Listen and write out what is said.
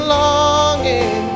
longing